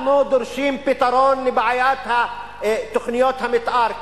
אנחנו דורשים פתרון לבעיית תוכניות המיתאר,